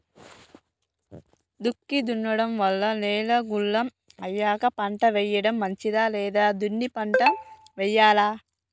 దుక్కి దున్నడం వల్ల నేల గుల్ల అయ్యాక పంట వేయడం మంచిదా లేదా దున్ని పంట వెయ్యాలా?